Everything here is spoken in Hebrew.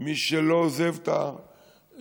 מי שלא עוזב את היישובים,